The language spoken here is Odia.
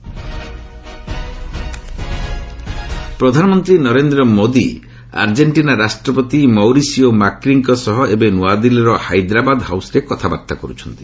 ପିଏମ୍ ଆର୍ଜେଣ୍ଟିନା ପ୍ରଧାନମନ୍ତ୍ରୀ ନରେନ୍ଦ୍ର ମୋଦି ଆର୍ଜେଷ୍ଟିନା ରାଷ୍ଟ୍ରପତି ମୌରିସିଓ ମାକ୍ରିଙ୍କ ସହ ଏବେ ନ୍ତଆଦିଲ୍ଲୀର ହାଇଦ୍ରାବାଦ ହାଉସ୍ରେ କଥାବାର୍ତ୍ତା କରୁଛନ୍ତି